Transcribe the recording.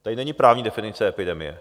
Tady není právní definice epidemie.